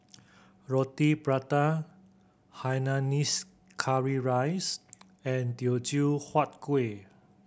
Roti Prata hainanese curry rice and Teochew Huat Kueh